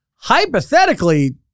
Hypothetically